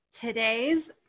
today's